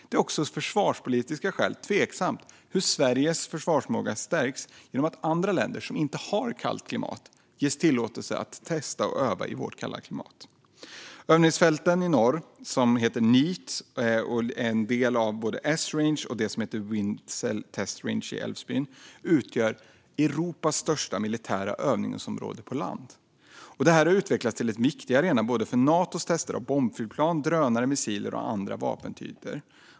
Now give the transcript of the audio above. Det är av försvarspolitiska skäl även tveksamt hur Sveriges försvarsförmåga stärks genom att andra länder, som inte har ett kallt klimat, ges möjlighet att testa och öva i vårt kalla klimat. Övningsfälten i norr, som kallas Neat och inkluderar både Esrange och det som heter Vidsel Test Range i Älvsbyn, utgör Europas största militära övningsområde på land. Detta har utvecklats till en viktig arena för Natos tester av bombflygplan, drönare, missiler och andra vapentyper.